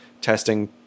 testing